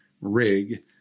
rig